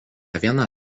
viena